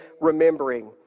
remembering